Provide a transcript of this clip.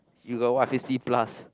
you got what fifty plus